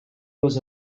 was